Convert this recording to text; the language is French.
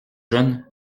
jeune